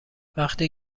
وقتی